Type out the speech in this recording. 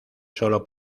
sólo